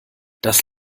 das